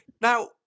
Now